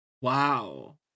Wow